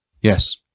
Yes